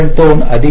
2 अधिक 0